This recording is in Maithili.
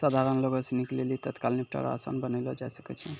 सधारण लोगो सिनी के लेली तत्काल निपटारा असान बनैलो जाय सकै छै